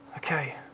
Okay